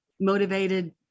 motivated